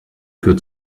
für